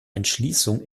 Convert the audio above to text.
entschließung